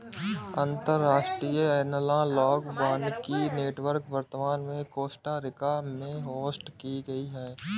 अंतर्राष्ट्रीय एनालॉग वानिकी नेटवर्क वर्तमान में कोस्टा रिका में होस्ट की गयी है